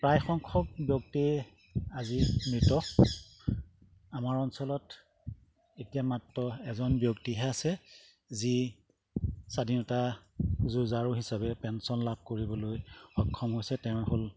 প্ৰায় সংখ্যক ব্যক্তিয়ে আজি মৃত আমাৰ অঞ্চলত এতিয়া মাত্ৰ এজন ব্যক্তিহে আছে যি স্বাধীনতা যুজাৰু হিচাপে পেঞ্চন লাভ কৰিবলৈ সক্ষম হৈছে তেওঁ হ'ল